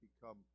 become